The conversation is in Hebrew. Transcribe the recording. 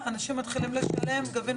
חסר 1,000 תקנים למחוז יו"ש, לא חמש.